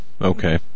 Okay